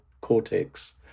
cortex